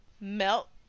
melt